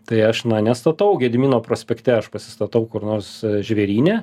tai aš nestatau gedimino prospekte aš pasistatau kur nors žvėryne